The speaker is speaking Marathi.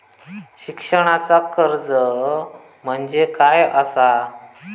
शिक्षणाचा कर्ज म्हणजे काय असा?